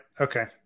Okay